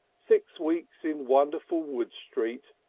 six weeks in wonderful wood street.